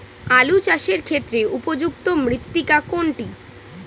আলু চাষের ক্ষেত্রে উপযুক্ত মৃত্তিকা কোনটি?